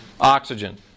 Oxygen